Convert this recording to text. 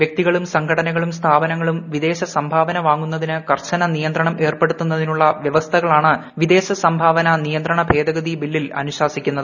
വ്യക്തികളും സംഘടനകളും സ്ഥാപനങ്ങളും വിദേശ സംഭാവന വാങ്ങുന്നതിന് കർശന നിയന്ത്രണം ഏർപ്പെടുത്തുന്നതിനുള്ള വ്യവസ്ഥകളാണ് വിദേശ സംഭാവന നിയന്ത്രണ ഭേദഗതി ബില്ലിൽ അനുശാസിക്കുന്നത്